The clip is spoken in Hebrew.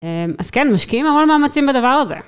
אז כן משקיעים המון מאמצים בדבר הזה.